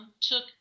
took